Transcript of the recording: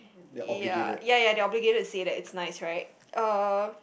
ya ya ya they are obligated to say that it's nice right uh